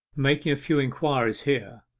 making a few inquiries here,